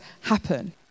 happen